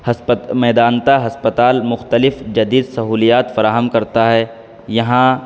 میدانتا ہسپتال مختلف جدید سہولیات فراہم کرتا ہے یہاں